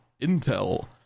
Intel